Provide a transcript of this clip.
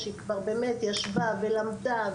כשהיא כבר ישבה ולמדה,